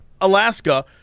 Alaska